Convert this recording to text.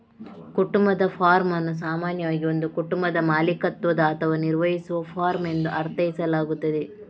ಕುಟುಂಬದ ಫಾರ್ಮ್ ಅನ್ನು ಸಾಮಾನ್ಯವಾಗಿ ಒಂದು ಕುಟುಂಬದ ಮಾಲೀಕತ್ವದ ಅಥವಾ ನಿರ್ವಹಿಸುವ ಫಾರ್ಮ್ ಎಂದು ಅರ್ಥೈಸಲಾಗುತ್ತದೆ